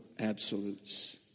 absolutes